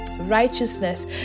righteousness